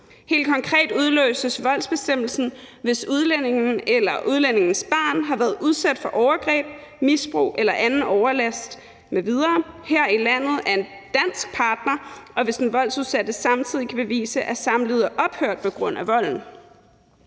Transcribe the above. Helt konkret udløses voldsbestemmelsen, hvis udlændingen eller udlændingens barn har været udsat for overgreb, misbrug eller anden overlast m.v. her i landet fra en dansk partner, og hvis den voldsudsatte samtidig kan bevise, at samlivet er ophørt på grund af volden.